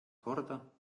korda